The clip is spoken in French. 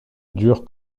dur